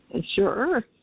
Sure